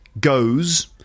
goes